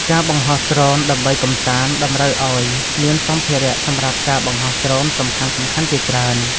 ការបង្ហោះដ្រូនដើម្បីកម្សាន្ត តម្រូវឲ្យមានសម្ភារៈសម្រាប់ការបង្ហោះដ្រូនសំខាន់ៗជាច្រើន។